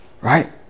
Right